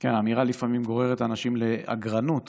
כן, אמירה לפעמים גוררת אנשים לאגרנות.